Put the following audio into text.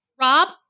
Rob